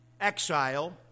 exile